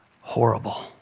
horrible